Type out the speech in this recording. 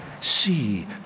see